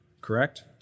correct